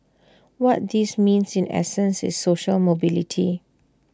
what this means in essence is social mobility